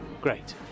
great